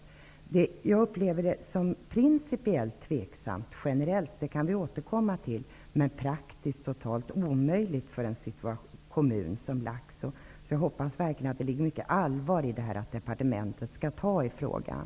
Generellt sett upplever jag det som principiellt tvivelaktigt -- det kan vi återkomma till -- men för en kommun som Laxå upplever jag det praktiskt som totalt omöjligt. Jag hoppas verkligen att det ligger mycket allvar i påståendet att departementet skall ta tag i frågan.